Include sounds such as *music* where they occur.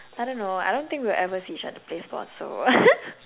I don't know I don't think we'll ever see each other play sports so *laughs*